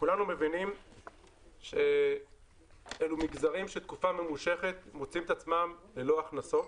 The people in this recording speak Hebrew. כולנו מבינים שאלו מגזרים שתקופה ממושכת מוצאים את עצמם ללא הכנסות